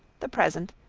the present,